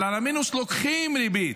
אבל על המינוס הם לוקחים ריבית,